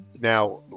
now